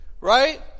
Right